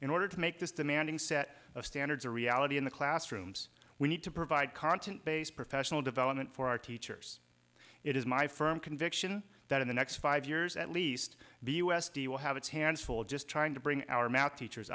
order to make this demanding set of standards a reality in the classrooms we need to provide content based professional development for our teachers it is my firm conviction that in the next five years at least the u s d will have its hands full just trying to bring our math teachers